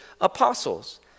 apostles